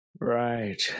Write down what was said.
Right